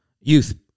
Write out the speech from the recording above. youth